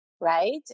right